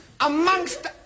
Amongst